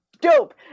dope